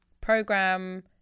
program